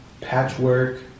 Patchwork